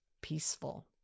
peaceful